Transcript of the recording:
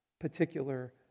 particular